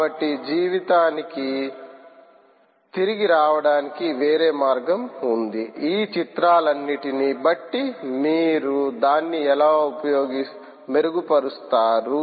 కాబట్టి జీవితానికి తిరిగి రావడానికి వేరే మార్గం ఉంది ఈ చిత్రాలన్నిటిని బట్టి మీరు దాన్ని ఎలా మెరుగుపరుస్తారు